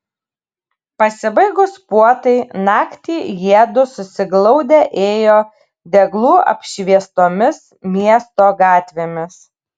pasibaigus puotai naktį jiedu susiglaudę ėjo deglų apšviestomis miesto gatvėmis